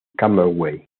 camagüey